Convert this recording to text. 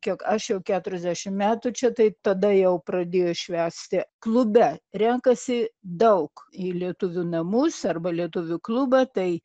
kiek aš jau keturiasdešim metų čia tai tada jau pradėjo švęsti klube renkasi daug į lietuvių namus arba lietuvių klubą tai